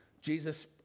Jesus